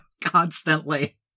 constantly